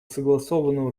согласованным